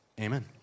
Amen